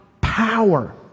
power